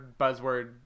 buzzword